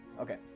Okay